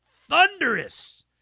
thunderous